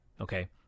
Okay